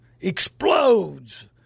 explodes